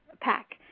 pack